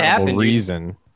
reason